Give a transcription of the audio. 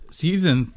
season